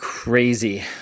crazy